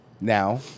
Now